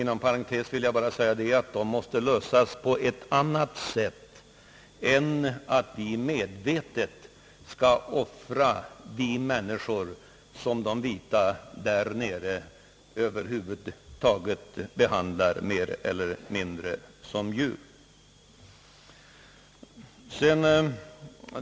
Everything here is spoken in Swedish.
Inom parentes vill jag då säga att dessa svårigheter måste lösas på annat sätt än genom att vi medvetet skall offra de människor som de vita i Sydafrika behandlar mer eller mindre som djur.